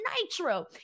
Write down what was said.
Nitro